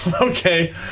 okay